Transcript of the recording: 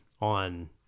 on